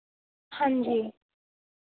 ਹਾਂਜੀ